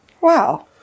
Wow